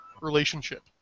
relationship